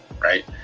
right